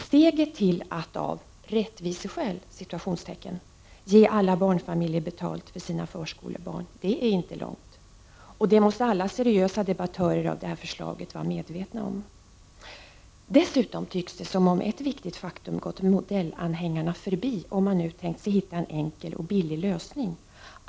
Steget till att av ”rättviseskäl” ge alla barnfamiljer betalt för sina förskolebarn är inte långt, och det måste alla seriösa debattörer av det här förslaget vara medvetna om. Dessutom tycks det som om ett viktigt faktum gått mo dellanhängarna förbi, om de nu tänkt sig hitta en enkel och billig lösning.